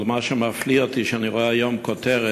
מה שמפליא אותי הוא שאני רואה היום כותרת